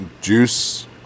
juice